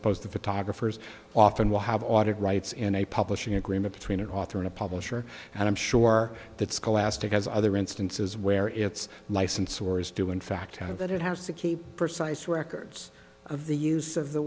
opposed to photographers often will have audit rights and a publishing agreement between an author and a publisher and i'm sure that scholastic has other instances where it's license or is do in fact that it has to keep for size records of the use of the